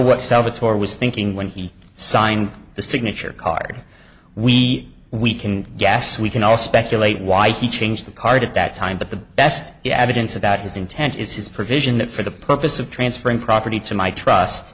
what salvatore was thinking when he signed the signature card we we can guess we can all speculate why he changed the card at that time but the best he added and so that his intent is his provision that for the purpose of transferring property to my trust